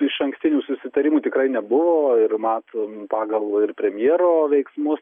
išankstinių susitarimų tikrai nebuvo ir matom pagal ir premjero veiksmus